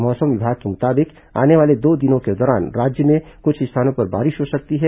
मौसम विभाग के मुताबिक आने वाले दो दिनों के दौरान राज्य में कुछ स्थानों पर बारिश हो सकती है